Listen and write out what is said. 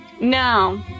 No